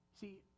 See